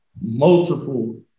multiple